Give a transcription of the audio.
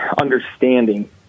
understanding